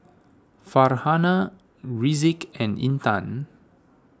Farhanah Rizqi and Intan